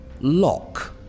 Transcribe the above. lock